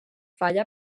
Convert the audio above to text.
falla